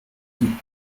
eaten